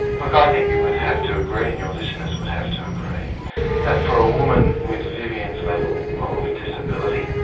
like i think you would have to agree, and your listeners would have to agree that for a woman with vivian's level of disability,